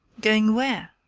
going where?